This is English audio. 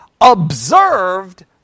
observed